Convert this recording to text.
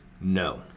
No